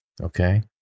Okay